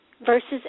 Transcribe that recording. versus